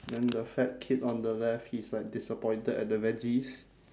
then the fat kid on the left he's like disappointed at the veggies